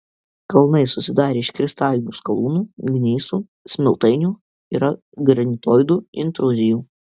kalnai susidarę iš kristalinių skalūnų gneisų smiltainių yra granitoidų intruzijų